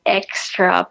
extra